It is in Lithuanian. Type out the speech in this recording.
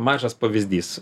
mažas pavyzdys